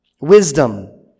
Wisdom